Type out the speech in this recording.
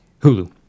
Hulu